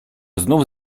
znów